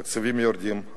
התקציבים יורדים,